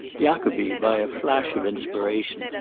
jacobi, by a flash of inspiration,